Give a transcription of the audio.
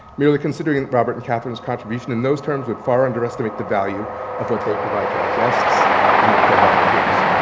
merely considering robert and kathryn's contribution in those terms would far underestimate the value of what they provide to our guests and their co-volunteers.